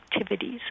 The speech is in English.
activities